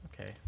Okay